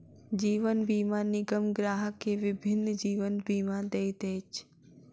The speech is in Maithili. जीवन बीमा निगम ग्राहक के विभिन्न जीवन बीमा दैत अछि